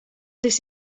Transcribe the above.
this